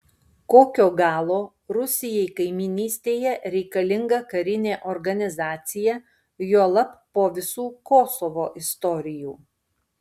kokio galo rusijai kaimynystėje reikalinga karinė organizacija juolab po visų kosovo istorijų